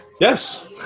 Yes